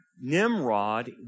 Nimrod